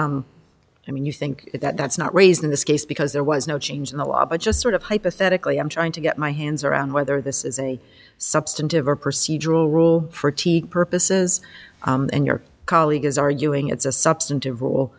that i mean you think that that's not raised in this case because there was no change in the law but just sort of hypothetically i'm trying to get my hands around whether this is a substantive or procedural rule for t v purposes and your colleague is arguing it's a substantive rule